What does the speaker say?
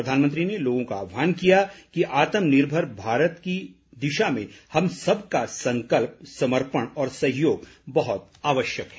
प्रधानमंत्री ने लोगों का आह्वान किया कि आत्मनिर्भर भारत की दिशा में हम सब का संकल्प समर्पण और सहयोग बहुत जरूरी है